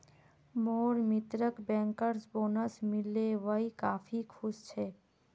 मोर मित्रक bankers bonus मिल ले वइ काफी खुश छ